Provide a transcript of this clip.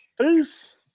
peace